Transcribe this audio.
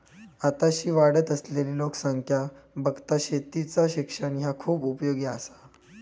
आताशी वाढत असलली लोकसंख्या बघता शेतीचा शिक्षण ह्या खूप उपयोगी आसा